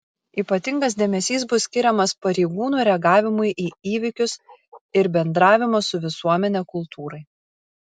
ypatingas dėmesys bus skiriamas pareigūnų reagavimui į įvykius ir bendravimo su visuomene kultūrai